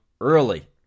early